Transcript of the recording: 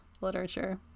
literature